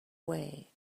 way